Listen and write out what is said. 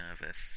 nervous